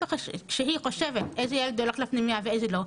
כשהיא חושבת איזה ילד הולך לפנימייה ואיזה לא,